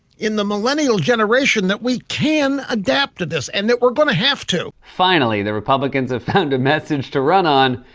in the millennial generation, that we can adapt to this and that we're gonna have to. finally, the republicans have found a message to run on.